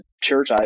church